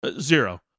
Zero